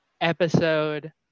episode